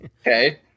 Okay